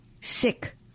sick